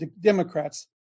Democrats